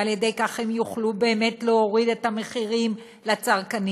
ועל ידי כך הם יוכלו באמת להוריד את המחירים לצרכנים,